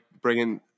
bringing